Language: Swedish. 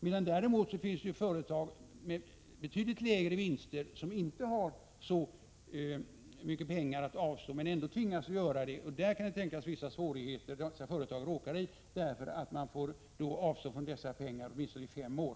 Å andra sidan tvingas företag i betydligt lägre vinstläge, vilka inte har så mycket pengar, att trots detta avsätta sådana medel. Jag kan tänka mig att vissa företag kan råka i en del svårigheter på grund av att de måste avstå från att använda dessa medel i åtminstone fem år.